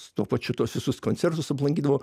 tuo pačiu tuos visus koncertus aplankydavau